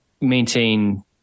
maintain